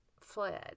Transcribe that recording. fled